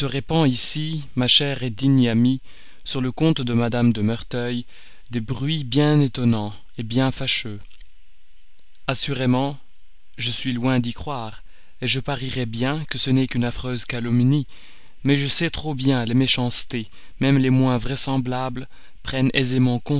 ici ma chère digne amie sur le compte de madame de merteuil des bruits bien étonnants bien fâcheux assurément je suis loin d'y croire je parierais bien que ce n'est qu'une affreuse calomnie mais je sais trop combien les méchancetés même les moins vraisemblables prennent aisément